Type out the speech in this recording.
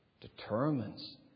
determines